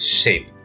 shape